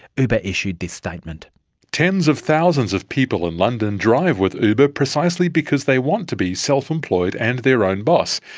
uber issued this statement reading tens of thousands of people in london drive with uber precisely because they want to be self-employed and their own boss.